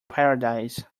paradise